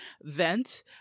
vent